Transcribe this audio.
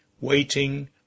Waiting